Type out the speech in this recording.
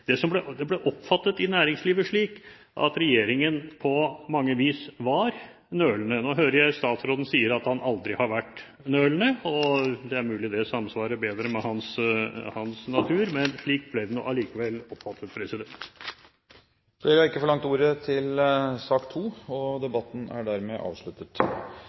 ble det oppfattet slik at regjeringen på mange vis var nølende. Nå hører jeg statsråden si at han aldri har vært nølende, og det er mulig det samsvarer bedre med hans natur, men slik ble det allikevel oppfattet. Flere har ikke bedt om ordet til sak nr. 2. Som saksordfører har jeg gleden av å legge fram en frihandelsavtale mellom EFTA-statene og